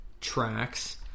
tracks